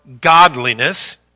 godliness